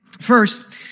First